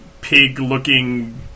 pig-looking